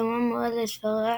דומה מאוד לספריה